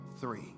three